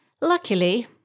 Luckily